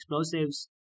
explosives